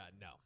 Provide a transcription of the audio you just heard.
no